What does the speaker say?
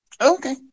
Okay